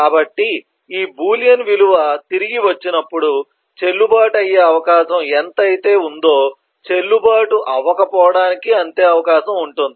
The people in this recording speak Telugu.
కాబట్టి ఈ బూలియన్ విలువ తిరిగి వచ్చినప్పుడు చెల్లుబాటు అయ్యే అవకాశం ఎంత అయితే ఉందో చెల్లుబాటు అవ్వక పోవడానికి అంతే అవకాశం ఉంటుంది